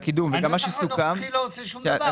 -- הנוסח הנוכחי לא עושה שום דבר.